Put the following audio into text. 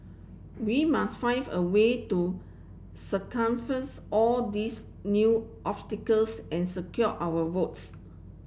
we must find a way to circumvents all these new obstacles and secure our votes